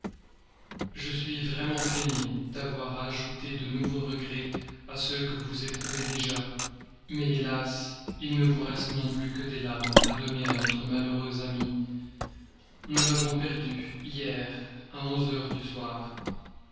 je suis vraiment peinée d'avoir à ajouter de nouveaux regrets à ceux que vous éprouvez déjà mais hélas il ne vous reste non plus que des larmes à donner à notre malheureuse amie nous l'avons perdue hier à onze heures du soir